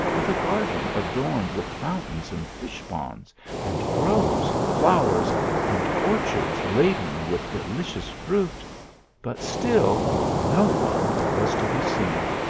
with a garden adorned with fountains and fish-ponds and groves and flowers and orchards laden with delicious fruit but still no one was to be seen.